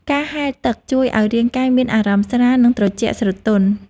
ការហែលទឹកជួយឱ្យរាងកាយមានអារម្មណ៍ស្រាល និងត្រជាក់ស្រទន់។